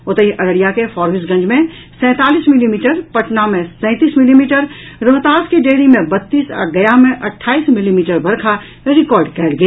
ओतहि अररिया के फारबिसगंज में सैंतालीस मिलीमीटर पटना मे सैंतीस मिलीमीटर रोहतास के डेहरी मे बत्तीस आ गया मे अट्ठाईस मिलीमीटर वर्षा रिकॉर्ड कयल गेल